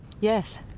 Yes